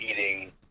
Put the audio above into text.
eating